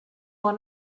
von